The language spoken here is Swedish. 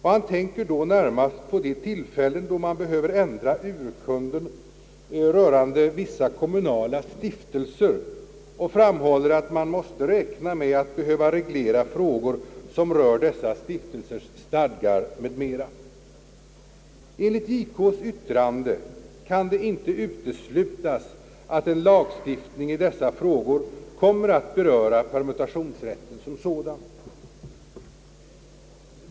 Han tänker då närmast på de tillfällen då man behöver ändra urkunder rörande vissa kommunala stiftelser och framhåller att man måste räkna med att behöva reglera frågor som rör dessa stiftelsers stadgar m.m. Enligt justitiekanslerns yttrande kan det inte uteslutas att en lagstiftning i dessa frågor kommer att beröra permutationsrätten som sådan.